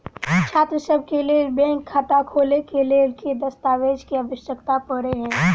छात्रसभ केँ लेल बैंक खाता खोले केँ लेल केँ दस्तावेज केँ आवश्यकता पड़े हय?